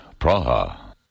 Praha